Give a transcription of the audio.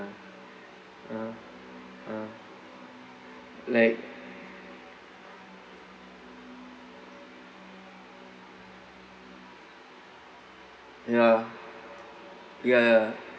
uh like ya ya ya